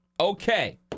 Okay